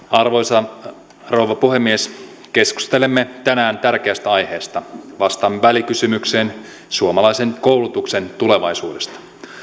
arvoisa rouva puhemies keskustelemme tänään tärkeästä aiheesta vastaamme välikysymykseen suomalaisen koulutuksen tulevaisuudesta